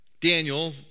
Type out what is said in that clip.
Daniel